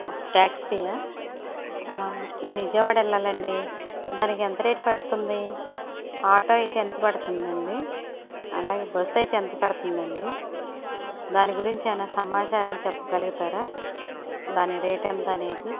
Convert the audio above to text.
ట్యాక్సీయా నేను విజయవాడ వెళ్ళాలి అండి దానికి ఎంత రేటు పడుతుంది ఆటో అయితే ఎంత పడుతుందండి అలాగే బస్సు అయితే ఎంత పడుతుందండి దాని గురించి ఏమైనా సమాచారం చెప్పగలుగుతారా దాని రేట్ ఎంత అనేది